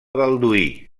balduí